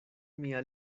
mia